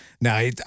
now